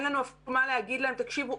אין לנו אפילו מה להגיד להם: תקשיבו,